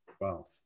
Wow